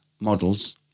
models